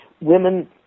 Women